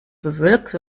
bewölkt